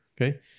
Okay